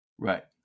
Right